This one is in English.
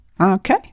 Okay